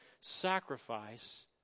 sacrifice